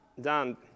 done